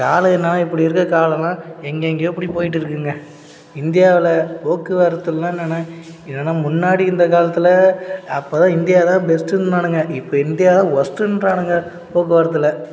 காலம் என்னென்னா இப்படி இருக்க காலம்லாம் எங்கெங்கேயோ இப்படி போயிட்டுருக்குங்க இந்தியாவில் போக்குவரத்துலலாம் என்னென்னா என்னென்னா முன்னாடி இருந்த காலத்தில் அப்போல்லாம் இந்தியா தான் பெஸ்ட்டுன்னாணுங்க இப்போ இந்தியா ஒஸ்ட்டுன்றாணுங்க போக்குவரத்தில்